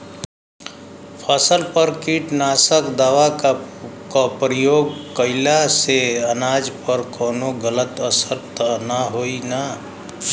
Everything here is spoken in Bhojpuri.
फसल पर कीटनाशक दवा क प्रयोग कइला से अनाज पर कवनो गलत असर त ना होई न?